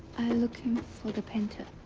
looking for the painter.